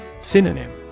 Synonym